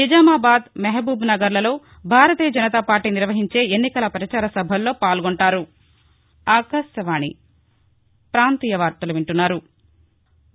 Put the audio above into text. నిజామాబాద్ మహబూబ్నగర్లలో భారతీయ జనతాపార్టీ నిర్వహించే ఎన్నికల పచార సభల్లో పాల్గొంటారు